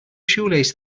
shoelace